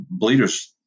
bleeders